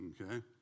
Okay